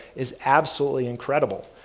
is absolutely incredible,